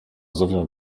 zowią